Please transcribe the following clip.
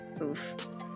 Oof